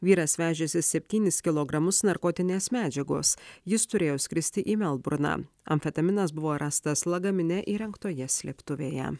vyras vežėsi septynis kilogramus narkotinės medžiagos jis turėjo skristi į melburną amfetaminas buvo rastas lagamine įrengtoje slėptuvėje